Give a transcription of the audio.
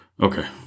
Okay